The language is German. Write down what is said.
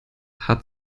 hat